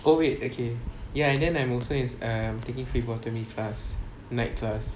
oh wait okay ya and then I'm also in err taking phlebotomy class night class